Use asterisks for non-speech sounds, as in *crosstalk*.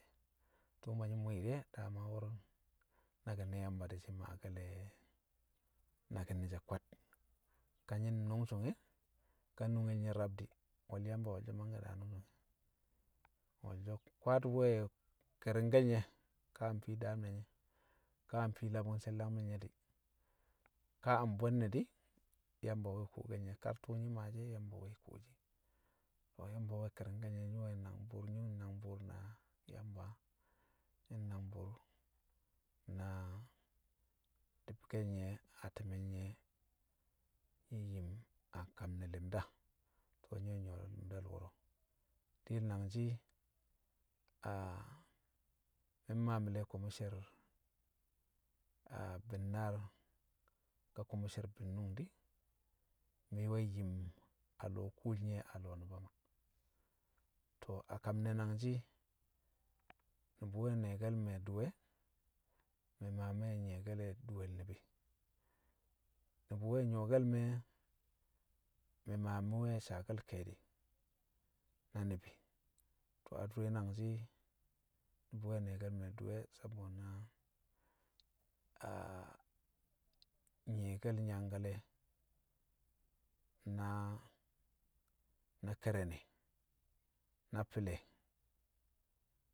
tṵṵ ma nyi̱ mwi̱i̱ maa de̱ dama wo̱ro̱ nnaki̱n ne̱ Yamba di̱ shi̱ maake̱le̱ naki̱n ne̱ she̱ kwad. ka nyi̱ nnu̱ngsu̱nge̱ ka nunge le̱ nye̱ rab di̱ we̱l Yamba wo̱lsho̱ mangke̱ daa nu̱ngsu̱nge̱, wo̱lsho̱ kwad we̱ ke̱ri̱ngke̱l nye̱ ka mfii daam ne̱ nye̱ ka a mfii labu̱ng she̱l- dangme̱l nye̱ di̱, kaa mbwe̱nne̱ di̱, Yamba we̱ kuwokel nye̱ kar tṵṵ nyi̱ maashi̱ e̱, Yamba we̱ kuwoshi̱ kar Yamba we̱ keri̱ngke̱l nye̱ nyi̱ we̱ nnangbṵṵr, nyi̱ nnangbṵṵr na Yamba, nyi̱ nnangbṵṵr na di̱bke̱l nye̱ a ti̱me̱l nye̱ nyi̱ yim a kam ne̱ li̱mda, to̱ nyi̱ we̱ nyṵwo̱ li̱mdal wo̱ro̱. Diyel nangshi̱ *hesitation* mi̱ mmaa mi̱le̱ ko̱mo̱ sher *hesitation* bi̱naar, ka ko̱mo̱ sher bi̱nnu̱ng di̱, mi̱ we̱ yim a lo̱o̱ kuul nye̱ a lo̱o̱ Nṵba Maa. To̱ a kam ne̱ nangshi̱ ni̱bi̱ we̱ ne̱e̱ke̱l me̱ dṵwe̱, mi̱ maa me̱ nyi̱ye̱ke̱l le̱ dṵwe̱l ni̱bi̱. Ni̱bi̱ we̱ nyu̱wo̱ke̱l me̱, mi̱ ma mi̱ we̱ saake̱l ke̱e̱di̱ na ni̱bi̱. To̱ adure nangshi̱ ni̱bi̱ we̱ ne̱e̱ke̱l me̱ dṵwe̱ sabo na *hesitation* nyi̱ye̱ke̱l nyangkale̱ na- na ke̱re̱ne̱ na fi̱le̱.